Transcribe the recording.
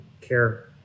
care